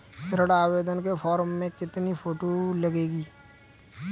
ऋण आवेदन के फॉर्म में कितनी फोटो लगेंगी?